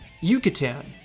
yucatan